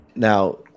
Now